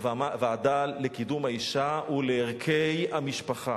לוועדה לקידום האשה ולערכי המשפחה.